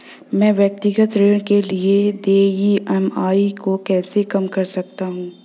मैं व्यक्तिगत ऋण के लिए देय ई.एम.आई को कैसे कम कर सकता हूँ?